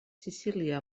sicília